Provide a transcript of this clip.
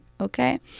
okay